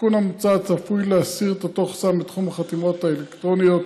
התיקון המוצע צפוי להסיר את אותו החסם בתחום החתימות האלקטרוניות,